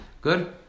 Good